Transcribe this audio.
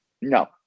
No